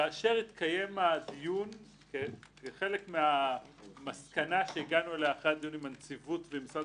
כאשר התקיים הדיון כחלק מהמסקנה שהגענו אליה אחרי הנציבות ומשרד